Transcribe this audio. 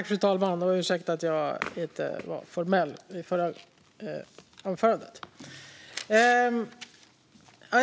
Fru talman! Ursäkta att jag inte var formell i min förra replik.